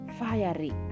fiery